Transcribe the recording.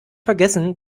vergessen